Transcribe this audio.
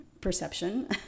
perception